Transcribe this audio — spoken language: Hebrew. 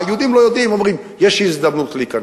היהודים לא יודעים, הם אומרים: יש הזדמנות להיכנס.